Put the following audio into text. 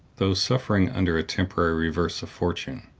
though suffering under a temporary reverse of fortune.